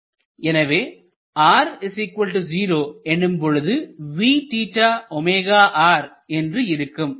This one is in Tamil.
எனவே r 0 எனும்பொழுது என்று இருக்கும்